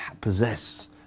possess